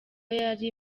yari